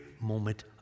moment